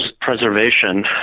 preservation